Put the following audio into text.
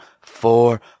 four